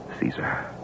Caesar